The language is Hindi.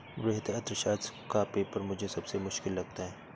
वृहत अर्थशास्त्र का पेपर मुझे सबसे मुश्किल लगता है